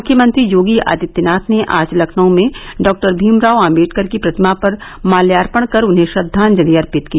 मुख्यमंत्री योगी आदित्यनाथ ने आज लखनऊ में डॉक्टर भीमराव आम्बेडकर की प्रतिमा पर माल्यार्पण कर उन्हें श्रद्वांजलि अर्पित की